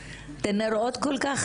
אז מי מיכן רוצה לדבר?